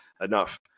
enough